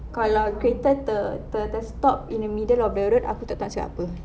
kalau kereta ter~ ter~ ter~ stop in the middle of the road aku tak tahu siapa